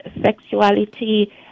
sexuality